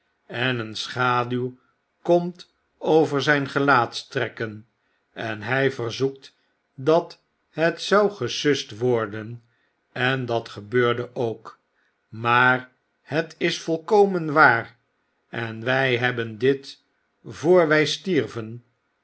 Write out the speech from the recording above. en een schaduw komt over zyn gelaatstrekken en hij verzoekt dat het zou gesust worden en dat gebeurde ook maar net is volkomen waar en wy hebben dit voor wy stierven